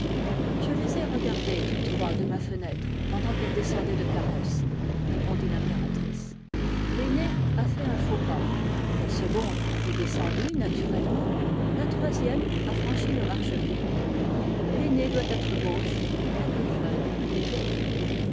je les ai regardées toutes trois de ma fenêtre pendant qu'elles descendaient de carrosse répondit l'impératrice l'aînée a fait un faux pas la seconde est descendue naturellement la troisième a franchi le marchepied l'aînée doit être gauche la plus jeune étourdie